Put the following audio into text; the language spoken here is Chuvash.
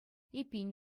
эппин